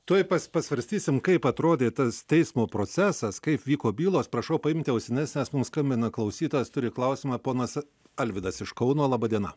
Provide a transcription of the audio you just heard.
tuoj pas pasvarstysim kaip atrodė tas teismo procesas kaip vyko bylos prašau paimti ausines nes mum skambina klausytojas turi klausimą ponas alvydas iš kauno laba diena